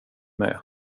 med